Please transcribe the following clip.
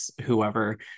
whoever